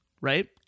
right